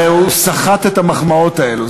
הרי הוא סחט את המחמאות האלה,